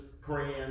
praying